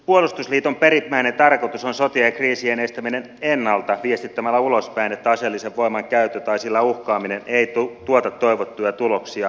puolustusliiton perimmäinen tarkoitus on sotien ja kriisien estäminen ennalta viestittämällä ulospäin että aseellisen voiman käyttö tai sillä uhkaaminen ei tuota toivottuja tuloksia